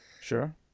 Sure